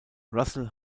russell